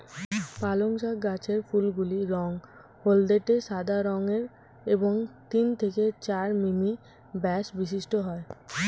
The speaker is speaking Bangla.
পালং শাক গাছের ফুলগুলি রঙ হলদেটে সাদা রঙের এবং তিন থেকে চার মিমি ব্যাস বিশিষ্ট হয়